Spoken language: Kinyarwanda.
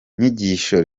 nyigisho